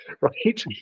Right